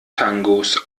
tangos